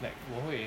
like 我会